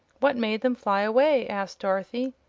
what made them fly away? asked dorothy.